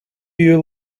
you